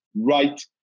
right